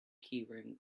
keyring